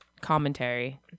commentary